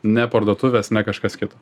ne parduotuvės ne kažkas kito